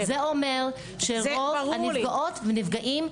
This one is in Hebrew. זה אומר שרוב הנפגעות ונפגעים,